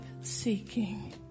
seeking